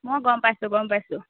মই গম পাইছোঁ গম পাইছোঁ